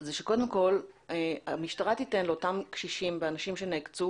זה שקודם כל המשטרה תיתן לאותם קשישים ואנשים שנעקצו